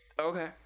Okay